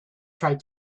tried